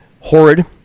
horrid